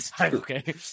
Okay